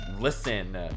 listen